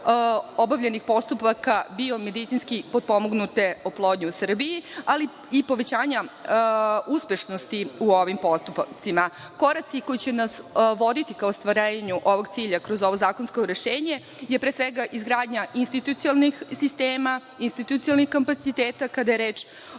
obavljenih postupaka biomedicinski potpomognute oplodnje, ali i povećanja uspešnosti u ovim postupcima. Koraci koji će nas voditi ka ostvarenju ovog cilja kroz ovo zakonsko rešenje je pre svega izgradnja institucionalnih sistema, institucionalnih kapaciteta kada je reč